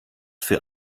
für